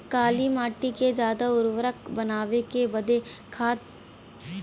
काली माटी के ज्यादा उर्वरक बनावे के बदे कवन खाद उपयोगी होला?